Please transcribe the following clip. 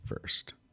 first